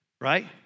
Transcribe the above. Right